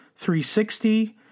360